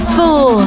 four